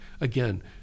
Again